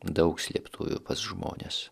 daug slėptuvių pas žmones